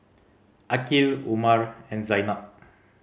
Aqil Umar and Zaynab